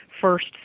first